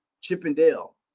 chippendale